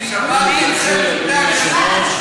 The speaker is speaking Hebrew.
אדוני השר, אדוני השר,